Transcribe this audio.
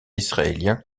israéliens